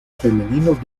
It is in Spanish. femeninos